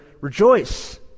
Rejoice